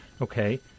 Okay